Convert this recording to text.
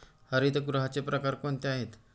हरितगृहाचे प्रकार कोणते आहेत?